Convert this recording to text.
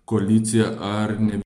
koaliciją ar ne